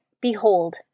Behold